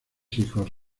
hijos